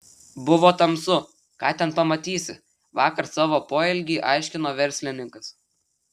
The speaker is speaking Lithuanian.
buvo tamsu ką ten pamatysi vakar savo poelgį aiškino verslininkas